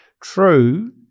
True